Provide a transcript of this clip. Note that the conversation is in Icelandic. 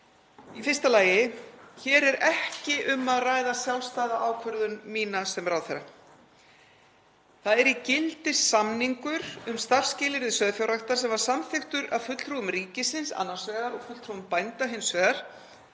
Í fyrsta lagi er hér ekki um að ræða sjálfstæða ákvörðun mína sem ráðherra. Það er í gildi samningur um starfsskilyrði sauðfjárræktar, sem var samþykktur af fulltrúum ríkisins annars vegar og fulltrúum bænda hins vegar